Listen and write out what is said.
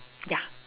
ya